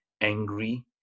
angry